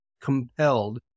compelled